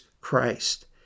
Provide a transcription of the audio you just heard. Christ